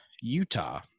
Utah